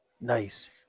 nice